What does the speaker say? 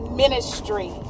ministry